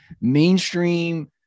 mainstream